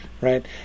Right